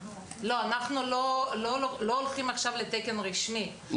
אנחנו לא הולכים עכשיו לתקן רשמי,